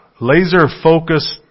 laser-focused